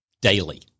daily